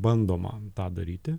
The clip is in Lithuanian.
bandoma tą daryti